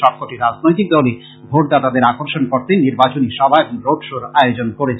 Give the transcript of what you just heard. সবকটি রাজনৈতিক দলই ভোটদাতাদের আকর্ষন করতে নির্বাচনী সভা এবং রোড শো র আয়োজন করছে